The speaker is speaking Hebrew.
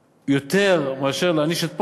שיותר מאשר להעניש את פולארד,